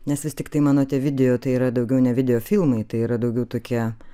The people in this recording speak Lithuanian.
nes vis tiktai mano tie video tai yra daugiau ne videofilmai tai yra daugiau tokie